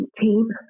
team